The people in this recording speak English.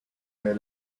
her